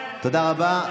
תודה רבה.